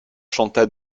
chanta